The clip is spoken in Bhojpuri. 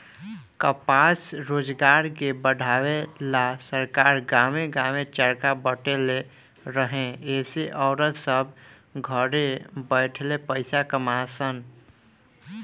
कपास रोजगार के बढ़ावे ला सरकार गांवे गांवे चरखा बटले रहे एसे औरत सभ घरे बैठले पईसा कमा सन